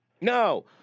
No